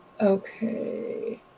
Okay